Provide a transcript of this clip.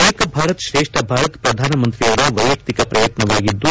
ಏಕ ಭಾರತ್ ತ್ರೇಷ್ಠ ಭಾರತ್ ಪ್ರಧಾನ ಮಂತ್ರಿಯವರ ವೈಯಕ್ತಿಕ ಪ್ರಯತ್ನವಾಗಿದ್ದು